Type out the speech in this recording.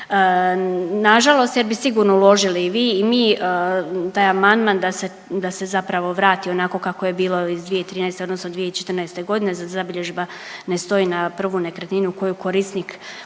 nažalost jer bi sigurno uložili i vi i mi taj amandman da se, da se zapravo vrati onako kako je bilo iz 2013. odnosno 2014.g. da zabilježba ne stoji na prvu nekretninu koju korisnik,